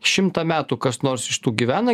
šimtą metų kas nors iš tų gyvena